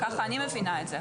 ככה אני מבינה את זה.